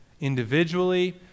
Individually